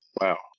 wow